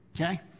okay